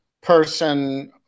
person